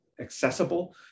accessible